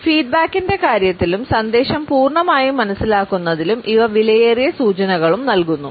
ഫീഡ്ബാക്കിന്റെ കാര്യത്തിലും സന്ദേശം പൂർണ്ണമായും മനസിലാക്കുന്നതിലും ഇവ വിലയേറിയ സൂചനകളും നൽകുന്നു